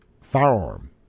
firearm